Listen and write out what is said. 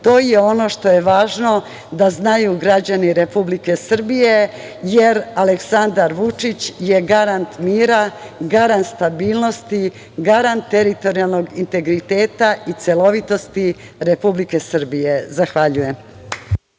To je ono što je važno da znaju građani Republike Srbije, jer Aleksandar Vučić je garant mira, garant stabilnosti, garant teritorijalnog integriteta i celovitosti Republike Srbije. Zahvaljujem.